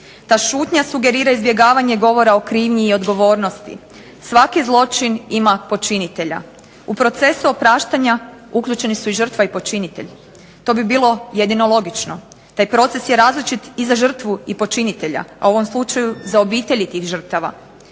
Ta šutnja sugerira izbjegavanje govora o krivnji i odgovornosti. Svaki zločin ima počinitelja. U procesu opraštanja uključeni su i žrtva i počinitelj. To bi bilo jedino logično. Taj proces je različit i za žrtvu i počinitelja, a u ovom slučaju za obitelji tih žrtava.